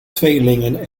tweelingen